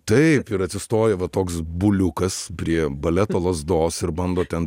taip ir atsistoja va toks buliukas prie baleto lazdos ir bando ten